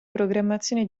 programmazione